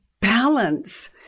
balance